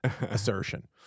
assertion